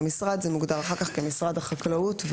המשרד מוגדר אחר כך כמשרד החקלאות.